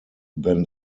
than